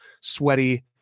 sweaty